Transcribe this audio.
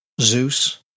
Zeus